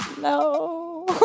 No